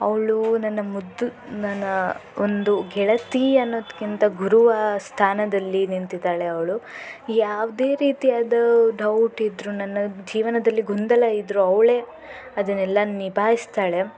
ಅವಳೂ ನನ್ನ ಮುದ್ದು ನನ್ನ ಒಂದು ಗೆಳತಿ ಅನ್ನೋದ್ಕಿಂತ ಗುರುವ ಸ್ಥಾನದಲ್ಲಿ ನಿಂತಿದ್ದಾಳೆ ಅವಳು ಯಾವುದೇ ರೀತಿಯಾದ ಡೌಟಿದ್ದರೂ ನನ್ನ ಜೀವನದಲ್ಲಿ ಗೊಂದಲ ಇದ್ದರೂ ಅವಳೇ ಅದನ್ನೆಲ್ಲ ನಿಭಾಯಿಸ್ತಾಳೆ